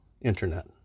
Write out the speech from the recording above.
internet